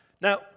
Now